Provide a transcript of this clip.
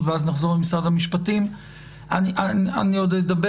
אני חייב לומר